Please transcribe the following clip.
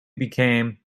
became